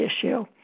issue